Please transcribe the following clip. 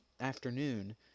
afternoon